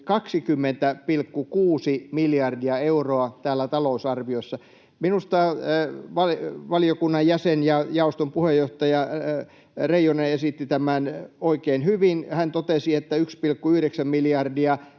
20,6 miljardia euroa täällä talousarviossa. Minusta valiokunnan jäsen ja jaoston puheenjohtaja Reijonen esitti tämän oikein hyvin. Hän totesi, että 1,9 miljardia